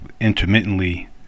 intermittently